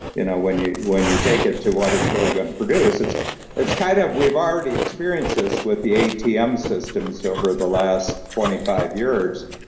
you know when you when you take it to what it's really going to produce, it's it's kind of we've already experienced this with the atm systems over the last twenty five years.